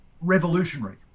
revolutionary